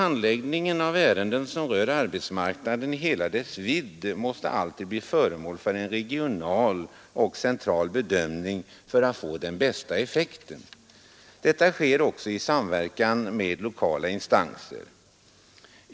Handläggningen av ärenden som rör arbetsmarknaden i hela dess vidd måste alltid bli föremål för en regional och central bedömning för att få den bästa effekten. Detta sker också i samverkan med lokala instanser.